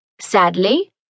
Sadly